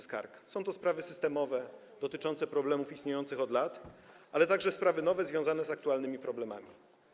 Są to sprawy systemowe, dotyczące problemów istniejących od lat, ale także sprawy nowe, związane z aktualnymi problemami.